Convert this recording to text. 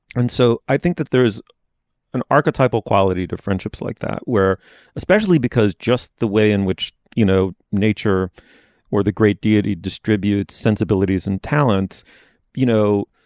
and so i think that there is an archetypal quality to friendships like that where especially because just the way in which you know nature where the great deal redistributes sensibilities and talents you know